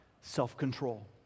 self-control